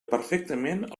perfectament